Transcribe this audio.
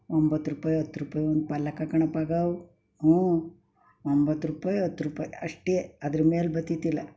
ಒಂಬತ್ತು ರೂಪಾಯಿ ಹತ್ತು ರೂಪಾಯಿ ಒಂದು ಪಲ್ಯಕ್ಕೆ ಕಣಪ್ಪಗ ಹ್ಞೂ ಒಂಬತ್ತು ರೂಪಾಯಿ ಹತ್ತು ರೂಪಾಯಿ ಅಷ್ಟೇ ಅದ್ರ ಮೇಲೆ ಬರ್ತಿರ್ಲಿಲ್ಲ